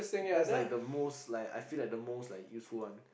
that's like the most like I feel that the most like useful one